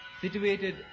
situated